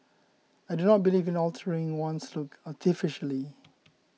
I do not believe in altering one's looks artificially